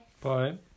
Bye